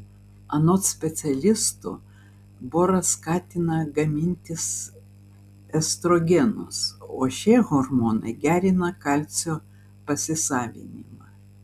anot specialistų boras skatina gamintis estrogenus o šie hormonai gerina kalcio pasisavinimą